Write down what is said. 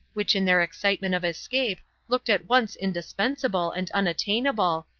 which in their excitement of escape looked at once indispensable and unattainable,